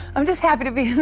i'm just happy to be in the